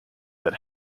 that